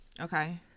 Okay